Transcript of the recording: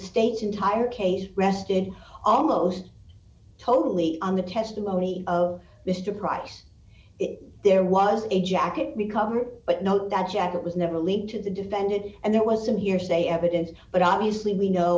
state's entire case rested almost totally on the testimony of mr price if there was a jacket recovered but not that jacket was never leaked to the defended and there wasn't hearsay evidence but obviously we know